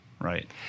Right